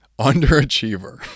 underachiever